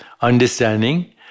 understanding